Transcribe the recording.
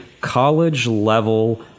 college-level